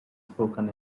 spoken